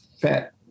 fat